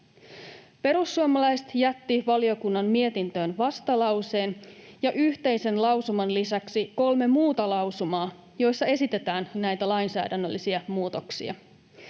Perussuomalaiset jättivät valiokunnan mietintöön vastalauseen ja yhteisen lausuman lisäksi kolme muuta lausumaa, joissa esitetään näitä lainsäädännöllisiä muutoksia.